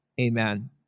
Amen